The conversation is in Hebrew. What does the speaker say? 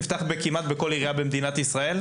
נפתח כמעט בכל עירייה במדינת ישראל.